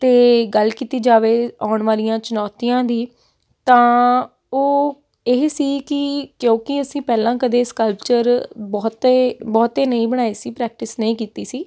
ਅਤੇ ਗੱਲ ਕੀਤੀ ਜਾਵੇ ਆਉਣ ਵਾਲੀਆਂ ਚਣੌਤੀਆਂ ਦੀ ਤਾਂ ਉਹ ਇਹ ਸੀ ਕਿ ਕਿਉਂਕਿ ਅਸੀਂ ਪਹਿਲਾਂ ਕਦੇ ਸਕਲਪਚਰ ਬਹੁਤੇ ਬਹੁਤੇ ਨਹੀਂ ਬਣਾਏ ਸੀ ਪ੍ਰੈਕਟਿਸ ਨਹੀਂ ਕੀਤੀ ਸੀ